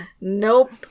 Nope